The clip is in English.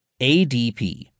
ADP